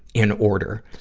in order.